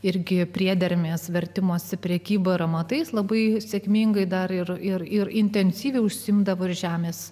irgi priedermės vertimosi prekyba ir amatais labai sėkmingai darė ir intensyviai užsiimdavo ir žemės